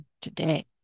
today